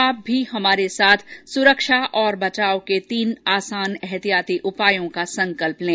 आप भी हमारे साथ सुरक्षा और बचाव के तीन आसान एहतियाती उपायों का संकल्प लें